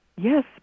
Yes